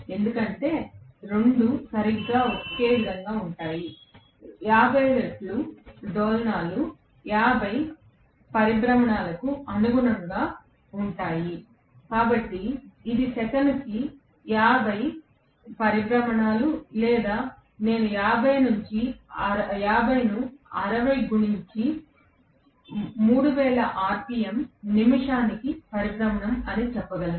ఎందుకంటే రెండూ సరిగ్గా ఒకే విధంగా ఉంటాయి 50 రెట్లు డోలనాలు 50 విప్లవాలకు అనుగుణంగా ఉంటాయి కాబట్టి ఇది సెకనుకు 50 విప్లవాలు లేదా నేను 50 ను 60 గుణించి 3000 ఆర్పిఎమ్ నిమిషానికి విప్లవం అని చెప్పగలను